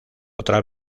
otra